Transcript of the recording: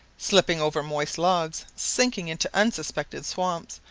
slipping over moist logs, sinking into unsuspected swamps,